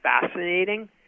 fascinating